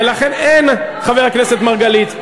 ולכן, אין, חבר הכנסת מרגלית.